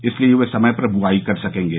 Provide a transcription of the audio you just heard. इसलिए वे समय पर बुआई कर सकेंगे